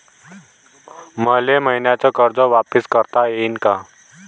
मले मईन्याचं कर्ज वापिस करता येईन का?